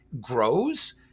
grows